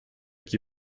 qui